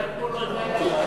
עד כה לא הבנתי,